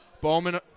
Bowman